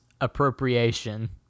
appropriation